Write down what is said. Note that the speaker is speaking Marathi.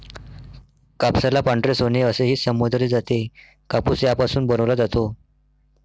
कापसाला पांढरे सोने असेही संबोधले जाते, कापूस यापासून बनवला जातो